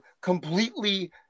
completely